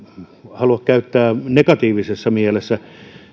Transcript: halua käyttää negatiivisessa mielessä